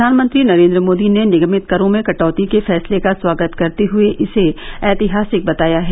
प्रधानमंत्री नरेन्द्र मोदी ने निगमित करों में कटौती के फैंसले का स्वागत करते हुए इसे ऐतिहासिक बताया है